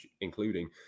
including